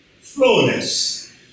flawless